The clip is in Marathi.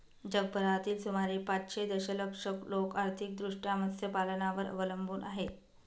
जगभरातील सुमारे पाचशे दशलक्ष लोक आर्थिकदृष्ट्या मत्स्यपालनावर अवलंबून आहेत